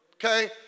Okay